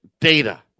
data